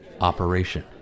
Operation